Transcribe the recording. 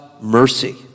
mercy